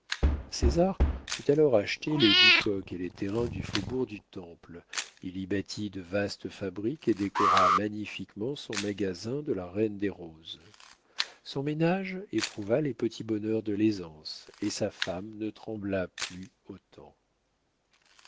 quantité césar put alors acheter les bicoques et les terrains du faubourg du temple il y bâtit de vastes fabriques et décora magnifiquement son magasin de la reine des roses son ménage éprouva les petits bonheurs de l'aisance et sa femme ne trembla plus autant